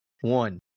One